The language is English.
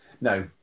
No